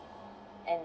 and